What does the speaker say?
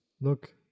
Look